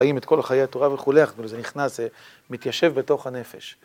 האם את כל חיי התורה וכו׳, זה נכנס, זה מתיישב בתוך הנפש.